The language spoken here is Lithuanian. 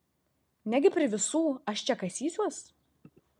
negi prie visų aš čia kasysiuos